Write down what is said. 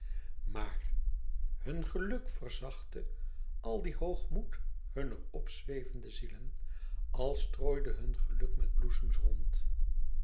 maar hun geluk verzachtte al dien hoogmoed hunner opzwevende zielen als strooide hun geluk met bloesems rond